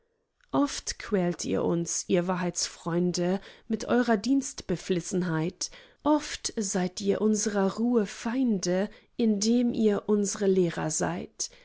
oft quält ihr uns ihr wahrheitsfreunde mit eurer dienstbeflissenheit oft seid ihr unsrer ruhe feinde indem ihr unsre lehrer seid